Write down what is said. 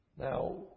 Now